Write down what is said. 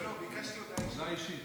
לא, לא, ביקשתי הודעה אישית.